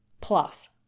Plus